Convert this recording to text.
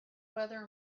weather